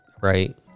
right